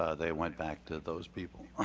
ah they went back to those people.